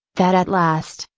that at last,